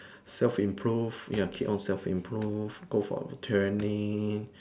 self improve ya keep on self improve go for training